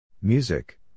Music